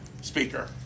Speaker